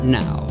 now